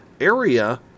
area